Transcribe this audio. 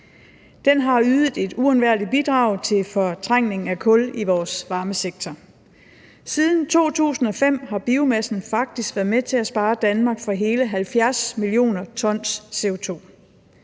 Den har ydet et uundværligt bidrag til fortrængning af kul i vores varmesektor. Siden 2005 har biomassen faktisk været med til at spare Danmark for hele 70 mio. t CO2.